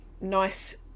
nice